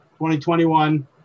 2021